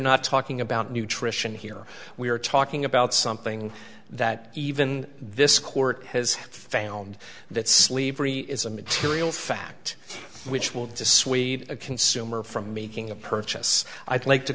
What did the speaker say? not talking about nutrition here we are talking about something that even this court has found that sleep is a material fact which will dissuade a consumer from making a purchase i'd like to